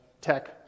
tech